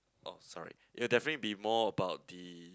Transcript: oh sorry it will definitely be more about the